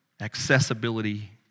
accessibility